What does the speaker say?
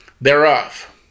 thereof